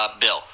bill